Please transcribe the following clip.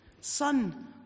Son